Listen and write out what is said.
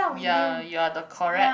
ya you are the correct